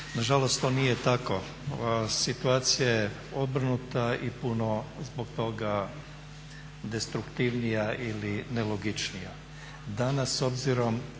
Nažalost, to nije tako. Situacija je obrnuta i puno zbog toga destruktivnija ili nelogičnija.